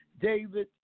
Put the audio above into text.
David